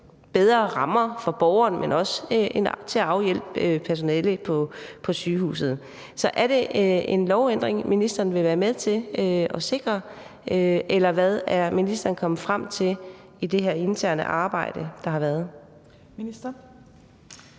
bedre rammer for borgeren, men også er med til aflaste personalet på sygehusene. Er det en lovændring, ministeren vil være med til at sikre, eller hvad er ministeren kommet frem til i det her interne arbejde, der er blevet